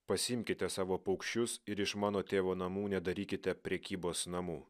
pasiimkite savo paukščius ir iš mano tėvo namų nedarykite prekybos namų